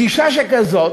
גישה שכזאת,